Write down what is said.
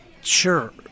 Sure